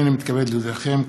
הנני מתכבד להודיעכם,